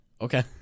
Okay